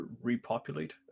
repopulate